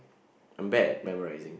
a bad memorising